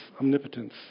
omnipotence